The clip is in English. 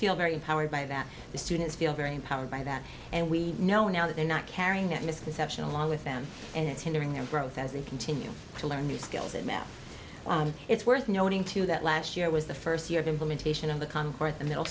feel very empowered by that the students feel very empowered by that and we know now that they're not carrying that misconception along with them and it's hindering their growth as they continue to learn new skills and now it's worth noting too that last year was the first year of implementation of the concord middle